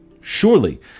surely